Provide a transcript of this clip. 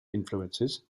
influences